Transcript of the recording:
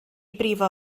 brifo